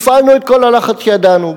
הפעלנו את כל הלחץ שידענו,